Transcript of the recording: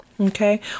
Okay